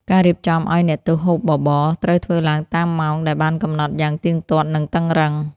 ការរៀបចំឱ្យអ្នកទោសហូបបបរ ត្រូវធ្វើឡើងតាមម៉ោងដែលបានកំណត់យ៉ាងទៀងទាត់ និងតឹងរ៉ឹង។